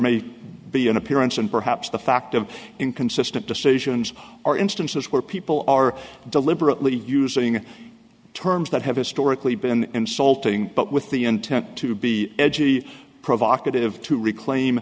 may be an appearance and perhaps the fact of inconsistent decisions or instances where people are deliberately using terms that have historically been insulting but with the intent to be edgy provocative to reclaim